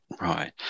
Right